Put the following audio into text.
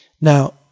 Now